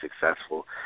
successful